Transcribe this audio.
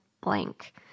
blank